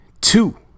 two